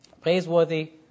praiseworthy